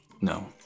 No